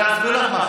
04:00, מה השעה?